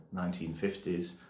1950s